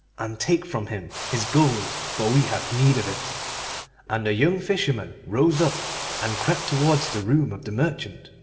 and take from him his gold, for we have need of it and the young fisherman rose up and crept towards the room of the merchant,